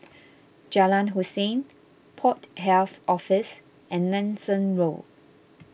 Jalan Hussein Port Health Office and Nanson Road